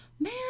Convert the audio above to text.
Man